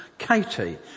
Katie